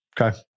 Okay